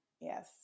Yes